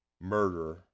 murder